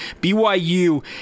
BYU